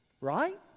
Right